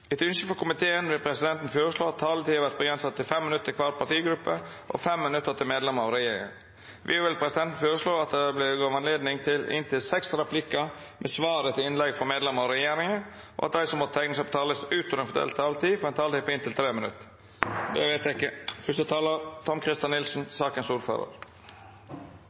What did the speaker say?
Etter ynske frå næringskomiteen vil presidenten føreslå at taletida vert avgrensa til 5 minutt til kvar partigruppe og 5 minutt til medlemer av regjeringa. Vidare vil presidenten føreslå at det – innanfor den fordelte taletida – vert gjeve anledning til inntil seks replikkar med svar etter innlegg frå medlemer av regjeringa, og at dei som måtte teikna seg på talarlista utover den fordelte taletida, får ei taletid på inntil 3 minutt. – Det er vedteke.